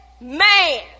man